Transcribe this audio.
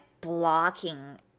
blocking